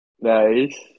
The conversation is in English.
Nice